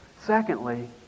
Secondly